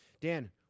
Dan